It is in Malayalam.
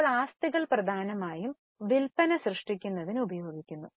ഇപ്പോൾ ആസ്തികൾ പ്രധാനമായും വിൽപ്പന സൃഷ്ടിക്കുന്നതിന് ഉപയോഗിക്കുന്നു